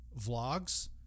vlogs